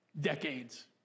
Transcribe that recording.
decades